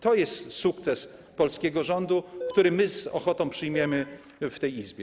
To jest sukces polskiego rządu, który my z ochotą przyjmiemy w tej Izbie.